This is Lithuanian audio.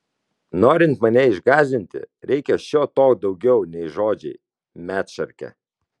norint mane išgąsdinti reikia šio to daugiau nei žodžiai medšarke